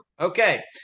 okay